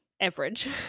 average